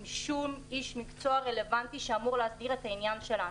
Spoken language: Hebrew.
אף איש מקצוע רלוונטי שאמור להסדיר את העניין שלנו.